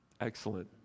Excellent